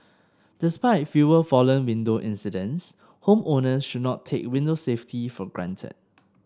despite fewer fallen window incidents homeowners should not take window safety for granted